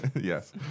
Yes